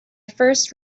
first